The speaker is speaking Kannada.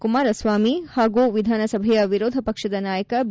ಕುಮಾರಸ್ನಾಮಿ ಹಾಗೂ ವಿಧಾನಸಭೆಯ ವಿರೋಧ ಪಕ್ಷದ ನಾಯಕ ಬಿ